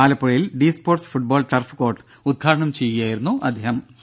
ആലപ്പുഴയിൽ D sports football turf court ഉദ്ഘാടനം ചെയ്യുകയായിരുന്നു തോമസ് ഐസക്